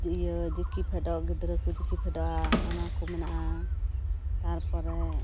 ᱤᱭᱟᱹ ᱡᱤᱠᱤ ᱯᱷᱮᱰᱚᱜ ᱜᱤᱫᱽᱨᱟᱹᱠᱩ ᱡᱤᱠᱤ ᱯᱷᱮᱰᱚᱜᱼᱟ ᱚᱱᱟᱠᱚ ᱢᱮᱱᱟᱜᱼᱟ ᱛᱟᱨᱯᱚᱨᱮ